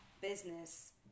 business